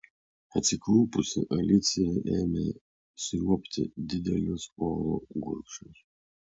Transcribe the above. atsiklaupusi alicija ėmė sriuobti didelius oro gurkšnius